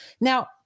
Now